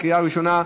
לקריאה ראשונה.